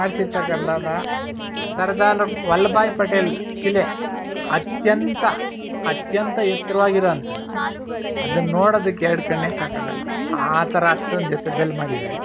ಮಾಡ್ಸಿರ್ತಕ್ಕಂತದ್ದು ಸರ್ದಾರ್ ವಲ್ಲಭಾಯಿ ಪಟೇಲ್ ಶಿಲೆ ಅತ್ಯಂತ ಅತ್ಯಂತ ಎತ್ತರವಾಗಿರೊ ಅಂಥದ್ದು ಅದನ್ನ ನೋಡೋದುಕ್ಕೆ ಎರಡು ಕಣ್ಣೇ ಸಾಕಾಗೋಲ್ಲ ಆ ಥರ ಅಷ್ಟೊಂದು ಎತ್ತರದಲ್ಲಿ ಮಾಡಿದ್ದಾರೆ